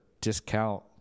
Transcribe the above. discount